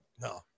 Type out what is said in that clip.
No